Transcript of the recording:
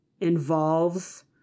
involves